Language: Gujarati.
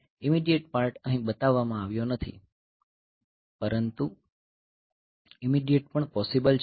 ઇમિડિયેટ પાર્ટ અહીં બતાવવામાં આવ્યો નથી પરંતુ ઇમિડિયેટ પણ પોસિબલ છે